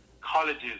colleges